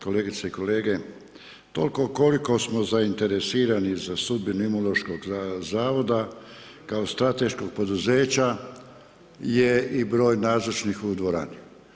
Kolegice i kolege, tolko koliko smo zainteresirani za sudbinu Imunološkog zavoda kao strateškog poduzeća je i broj nazočnih u dvorani.